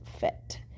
fit